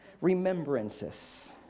remembrances